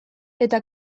eta